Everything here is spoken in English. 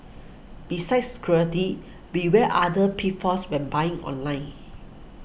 besides security beware other pitfalls when buying online